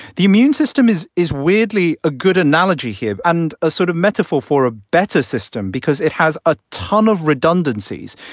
the immune system is is weirdly a good analogy here and a sort of metaphor for a better system because it has a ton of redundancies.